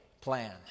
plan